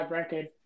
record